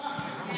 האלה,